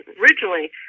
originally